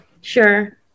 Sure